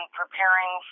preparing